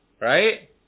right